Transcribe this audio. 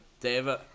david